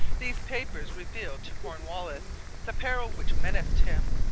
these papers revealed to cornwallis the peril which menaced him.